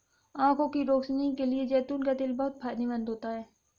आंखों की रोशनी के लिए जैतून का तेल बहुत फायदेमंद होता है